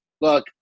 Look